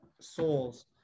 souls